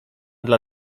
dla